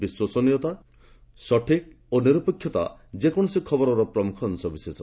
ବିଶ୍ୱସନୀୟତା ନିର୍ଭୁଲତା ଓ ନିରପେକ୍ଷତା ଯେକୌଣସି ଖବରର ପ୍ରମୁଖ ଅଂଶବିଶେଷ